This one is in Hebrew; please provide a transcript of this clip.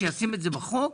שישים את זה בחוק,